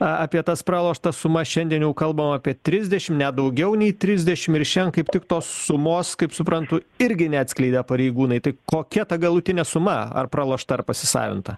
apie tas pralošta suma šiandien jau kalbam apie trisdešimt net daugiau nei trisdešimt ir šiandien kaip tik tos sumos kaip suprantu irgi neatskleidė pareigūnai tai kokia ta galutinė suma ar pralošta ar pasisavinta